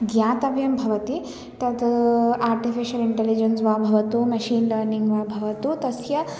ज्ञातव्यं भवति तत् आर्टिफ़िशल् इण्टलिजेन्स् वा भवतु मशीन् लनीङ्ग् वा भवतु तस्य